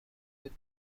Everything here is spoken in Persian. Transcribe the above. بود